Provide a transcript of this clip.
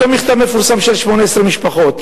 אותו מכתב מפורסם של 18 משפחות